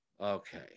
Okay